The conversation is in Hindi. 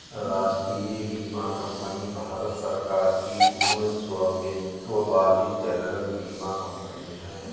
राष्ट्रीय बीमा कंपनी भारत सरकार की पूर्ण स्वामित्व वाली जनरल बीमा कंपनी है